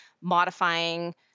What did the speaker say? modifying